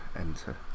enter